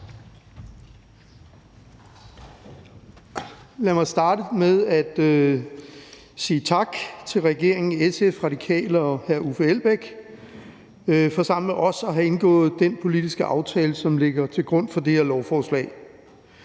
Lad mig starte med at sige tak til regeringen, SF, Radikale og hr. Uffe Elbæk for sammen med os at have indgået den politiske aftale, som ligger til grund for det her lovforslag.